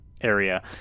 area